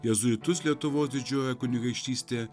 jėzuitus lietuvos didžiojoj kunigaikštystėj